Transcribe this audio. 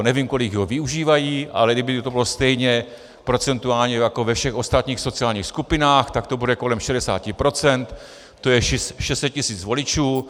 Nevím, kolik ho využívají, ale kdyby to bylo stejně procentuálně jako ve všech ostatních sociálních skupinách, tak to bude kolem 60 %, tj. 600 tisíc voličů.